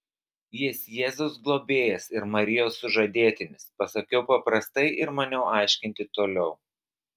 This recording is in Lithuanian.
jis jėzaus globėjas ir marijos sužadėtinis pasakiau paprastai ir maniau aiškinti toliau